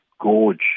Gorge